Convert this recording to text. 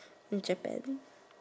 Japan